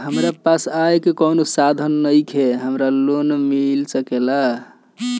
हमरा पास आय के कवनो साधन नईखे हमरा लोन मिल सकेला?